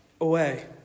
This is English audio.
away